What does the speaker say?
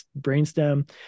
brainstem